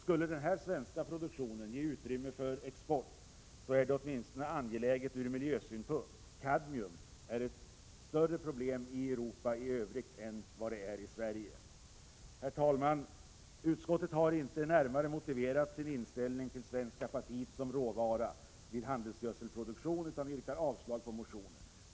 Skulle den svenska produktionen ge utrymme för export så är det åtminstone angeläget ur miljösynpunkt — kadmium är ett större problem i Europa i övrigt än i Sverige. Herr talman! Utskottet har inte närmare motiverat sin inställning till svensk apatit som råvara vid handelsgödselproduktion utan yrkar avslag på motionerna.